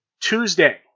Tuesday